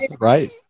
Right